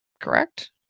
Correct